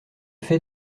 fait